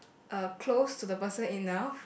uh close to the person enough